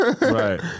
Right